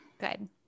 Good